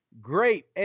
great